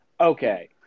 Okay